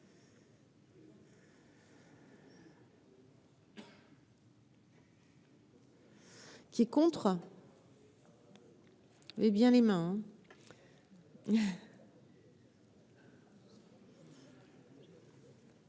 Qui est contre.